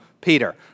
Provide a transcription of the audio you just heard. Peter